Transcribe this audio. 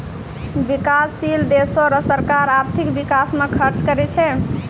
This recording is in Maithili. बिकाससील देसो रो सरकार आर्थिक बिकास म खर्च करै छै